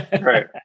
Right